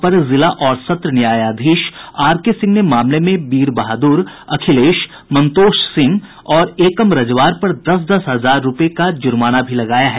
अपर जिला और सत्र न्यायाधीश आर के सिंह ने मामले में वीरबहाद्र अखिलेश मंतोष सिंह और एकम रजवार पर दस दस हजार रुपये का जुर्माना भी लगाया है